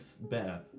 better